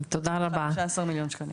תקציב של כ-15 מיליון שקלים.